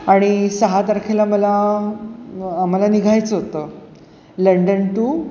आणि सहा तारखेला मला आम्हाला निघायचं होतं लंडन टू